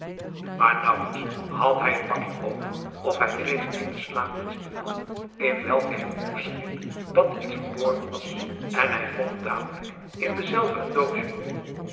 maar naauwelijks had hij het pakje open of hij kreeg eene slaapmuts in handen in welke hem toescheen dat iets verborgen was en hij vond dadelijk in dezelve een doosje